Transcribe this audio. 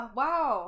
wow